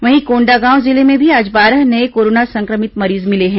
वहीं कोंडागांव जिले में भी आज बारह नये कोरोना संक्रमित मरीज मिले हैं